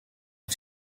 are